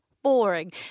boring